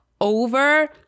over